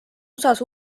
usas